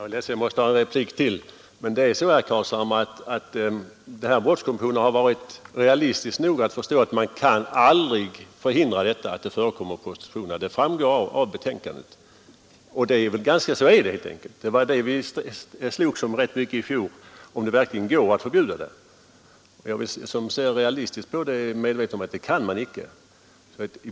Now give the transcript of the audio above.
Fru talman! Jag är ledsen att jag måste ha en replik till, men det är så, herr Carlshamre, att brottskommissionen har varit realistisk nog att förstå att man aldrig kan förhindra att prostitution förekommer. Det framgår av betänkandet, och så är det helt enkelt. Vad vi slogs rätt mycket om i fjol var just om det verkligen går att förbjuda den. Vi som ser realistiskt på frågan är medvetna om att det kan man icke.